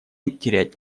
терять